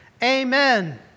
amen